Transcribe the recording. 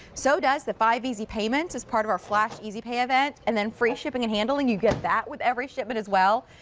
so does the five easy payments as part of our flash easy pay event. and free shipping and handling, you get that with every shipment as well.